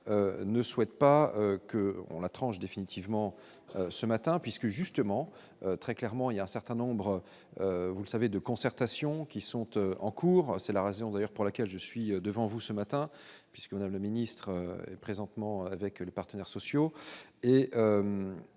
ne souhaite pas que on la tranche définitivement ce matin puisque justement, très clairement, il y a un certain nombre, vous le savez, de concertation, qui sont eux en cours, c'est la raison d'ailleurs pour laquelle je suis devant vous ce matin puisque le ministre est présentement avec les partenaires sociaux et